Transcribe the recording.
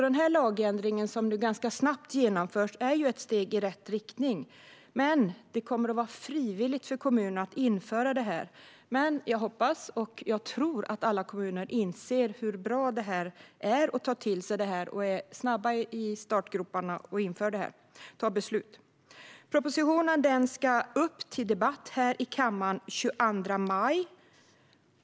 Den lagändring som nu snabbt genomförs är ett steg i rätt riktning, men det kommer att vara frivilligt för kommunerna att införa arbetssättet. Jag hoppas och tror att alla kommuner inser hur bra arbetssättet är och tar till sig av det, det vill säga är snabba i startgroparna och fattar beslut om att införa arbetssättet. Propositionen ska upp till debatt i kammaren den 22 maj.